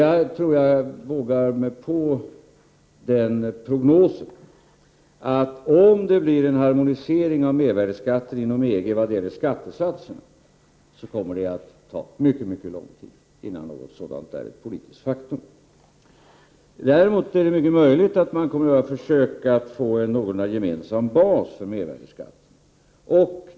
Jag tror att jag vågar mig på den prognosen att det tar mycket lång tid innan en harmonisering av mervärdeskatten inom EG vad gäller skattesatserna blir ett politiskt faktum. Däremot är det mycket möjligt att man kommer att göra försök att få till stånd en någorlunda gemensam bas för mervärdeskatten.